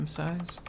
size